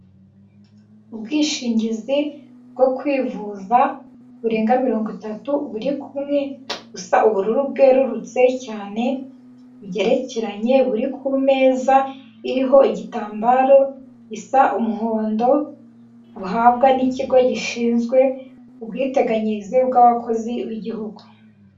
Ubwishingizi bwo kwivuza burenga mirongo itatu buri kumwe, busa ubururu bwerurutse cyane, bugerekeranye, buri ku meza iriho igitambaro, busa umuhondo, buhabwa n'ikigo gishinzwe ubwiteganyirize bw'abakozi b'igihugu.